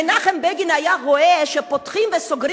מנחם בגין היה רואה שפותחים וסוגרים